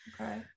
okay